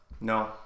No